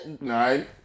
Nine